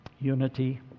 unity